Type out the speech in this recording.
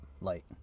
Light